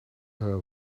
her